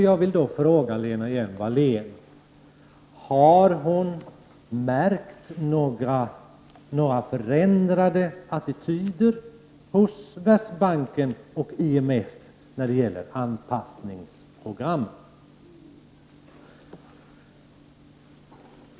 Jag vill då fråga Lena Hjelm-Wallén om hon har märkt av någon förändring i attityden hos Världsbanken och IMF när det gäller anpassningsprogrammen.